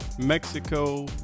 Mexico